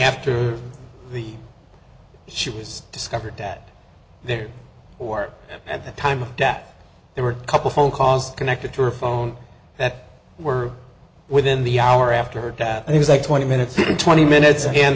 after the ship was discovered that there or at the time of death there were a couple phone calls connected to her phone that were within the hour after her death he was like twenty minutes twenty minutes and